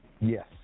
Yes